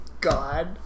God